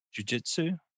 jujitsu